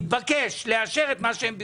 מתבקש לאשר את מה שהם ביקשו,